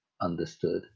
understood